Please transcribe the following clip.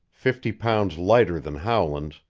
fifty pounds lighter than howland's,